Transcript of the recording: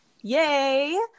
Yay